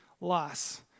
loss